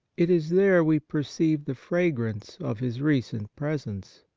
it is there we per ceive the fragrance of his recent presence.